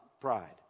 Pride